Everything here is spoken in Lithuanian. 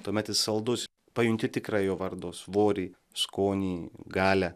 tuomet jis saldus pajunti tikrą jo vardo svorį skonį galią